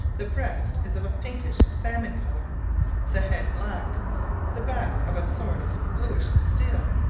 the breast is of a pinkish, salmon colour the head black the back of a sort of bluish steel,